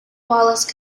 wallace